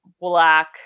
black